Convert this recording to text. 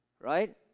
right